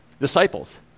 disciples